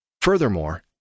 Furthermore